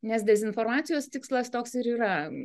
nes dezinformacijos tikslas toks ir yra